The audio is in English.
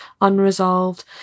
unresolved